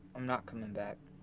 i'm not coming back.